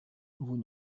vous